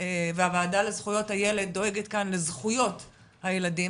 והוועדה לזכויות הילד דואגת כאן לזכויות הילדים